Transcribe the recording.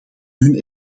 hun